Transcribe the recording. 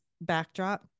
backdrop